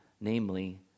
namely